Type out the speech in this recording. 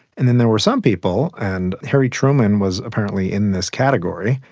and then there were some people, and harry truman was apparently in this category,